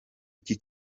iki